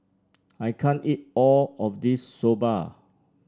I can't eat all of this Soba